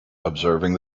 observing